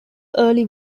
early